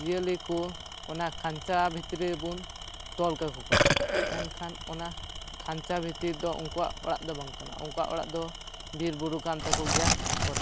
ᱡᱤᱭᱟᱹᱞᱤ ᱠᱚ ᱚᱱᱟ ᱠᱷᱟᱧᱪᱟ ᱵᱷᱤᱛᱨᱤ ᱵᱚᱱ ᱛᱚᱞ ᱠᱟᱠᱚ ᱠᱟᱱᱟ ᱢᱮᱱᱠᱷᱟᱱ ᱚᱱᱟ ᱠᱷᱟᱧᱪᱟ ᱵᱷᱤᱛᱤᱨ ᱫᱚ ᱩᱱᱠᱩᱭᱟᱜ ᱚᱲᱟᱜ ᱫᱚ ᱵᱟᱝ ᱠᱟᱱᱟ ᱩᱱᱠᱩᱭᱟᱜ ᱚᱲᱟᱜ ᱫᱚ ᱵᱤᱨ ᱵᱩᱨᱩ ᱠᱟᱱ ᱛᱟᱠᱚ ᱠᱟᱱ ᱜᱮᱭᱟ ᱚᱲᱟᱜ